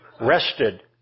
rested